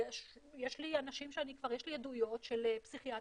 יש לי עדויות של פסיכיאטר,